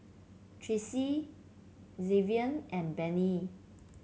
Tracey Xzavier and Benny